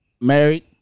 Married